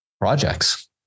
projects